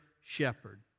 shepherd